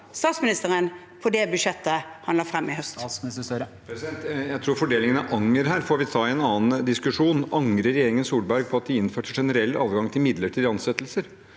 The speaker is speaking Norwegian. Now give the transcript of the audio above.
statsministeren på det budsjettet han la frem i høst?